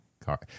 car